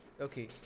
okay